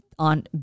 On